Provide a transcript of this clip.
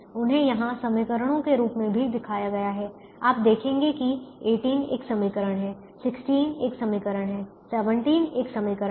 उन्हें यहां समीकरणों के रूप में भी दिखाया गया है आप देखेंगे कि 18 एक समीकरण है 16 एक समीकरण है 17 एक समीकरण है